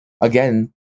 Again